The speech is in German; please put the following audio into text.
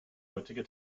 heutige